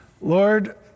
Lord